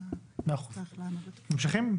ממשיכים.